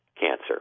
cancer